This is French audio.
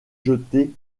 jeter